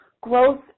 growth